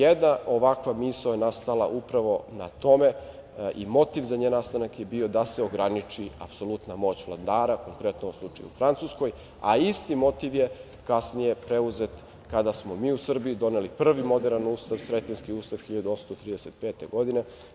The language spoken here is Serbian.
Jedna ovakva misao je nastala upravo na tome i motiv za njen nastanak je bio da se ograniči apsolutna moć vladara, konkretno u ovom slučaju u Francuskoj, a isti motiv je kasnije preuzet kada smo mi u Srbiji doneli prvi moderan Ustav, Sretenjski ustav 1835. godine.